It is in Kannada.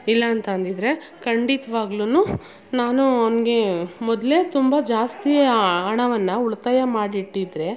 ಇಲ್ಲಾಂತಂದಿದ್ದರೆ ಖಂಡಿತ್ವಾಗ್ಲು ನಾನು ಅವ್ನಿಗೆ ಮೊದಲೆ ತುಂಬ ಜಾಸ್ತಿ ಹಣವನ್ನು ಉಳಿತಾಯ ಮಾಡಿ ಇಟ್ಟಿದ್ದರೆ